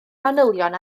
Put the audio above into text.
manylion